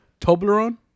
Toblerone